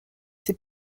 ses